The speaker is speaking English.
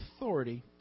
authority